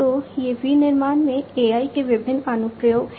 तो ये विनिर्माण में AI के विभिन्न अनुप्रयोग हैं